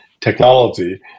technology